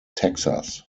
texas